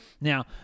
Now